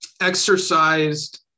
exercised